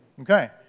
Okay